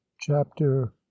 chapter